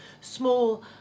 small